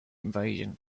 invasion